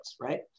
right